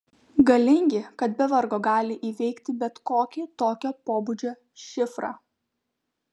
galingi kad be vargo gali įveikti bet kokį tokio pobūdžio šifrą